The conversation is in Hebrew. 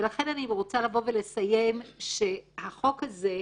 ולכן אני רוצה לבוא ולסיים שהחוק הזה,